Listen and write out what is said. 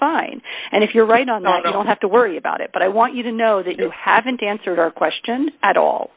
fine and if you're right on that i don't have to worry about it but i want you to know that you haven't answered our question at all